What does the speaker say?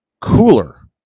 cooler